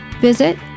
Visit